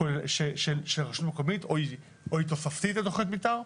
של רשות מקומית או היא תוספתית לתכנית מתאר?